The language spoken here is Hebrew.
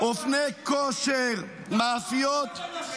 -- אופני כושר, מאפיות.